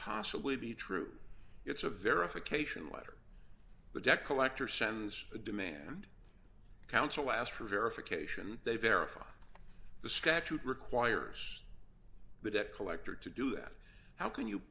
possibly be true it's a verification letter the debt collector sends a demand counsel asked for verification they verify the statute requires the debt collector to do that how can you